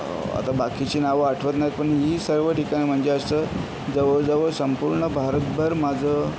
आता बाकीची नावं आठवत नाही पण ही सर्व ठिकाणं म्हणजे असं जवळजवळ संपूर्ण भारतभर माझं